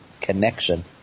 connection